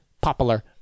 popular